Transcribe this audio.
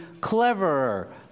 cleverer